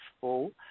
full